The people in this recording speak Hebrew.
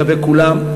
לגבי כולם,